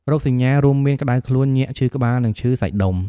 រោគសញ្ញារួមមាន ក្តៅខ្លួន ញាក់ ឈឺក្បាល និងឈឺសាច់ដុំ។